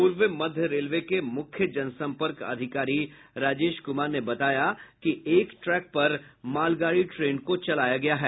पूर्व मध्य रेल के मुख्य जनसम्पर्क अधिकरी राजेश कुमार ने बताया कि एक ट्रेक पर मालगाड़ी ट्रेन को चलाया गया है